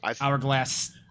hourglass